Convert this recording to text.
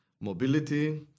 mobility